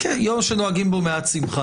כאשר דיברתי על תאגיד,